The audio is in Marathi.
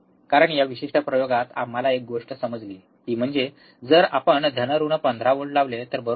कारण या विशिष्ट प्रयोगात आम्हाला एक गोष्ट समजली ती म्हणजे जर आपण धन ऋण 15 व्होल्ट लावले तर बरोबर